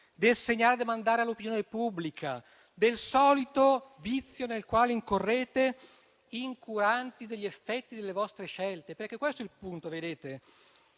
del segnale da mandare all'opinione pubblica, del solito vizio nel quale incorrete, incuranti degli effetti delle vostre scelte. Questo è il punto: come